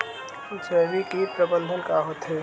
जैविक कीट प्रबंधन का होथे?